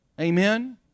Amen